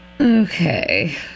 okay